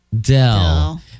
Dell